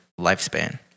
lifespan